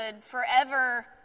forever